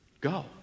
Go